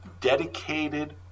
dedicated